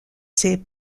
ses